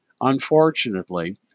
Unfortunately